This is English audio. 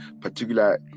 particular